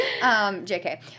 JK